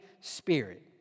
spirit